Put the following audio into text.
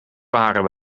waren